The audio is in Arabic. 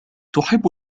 تحب